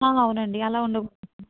అవునండి అలా ఉండవు